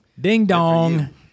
ding-dong